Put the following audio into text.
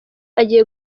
agiye